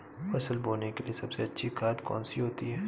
फसल बोने के लिए सबसे अच्छी खाद कौन सी होती है?